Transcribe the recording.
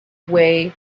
way